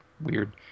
weird